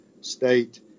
state